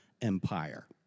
empire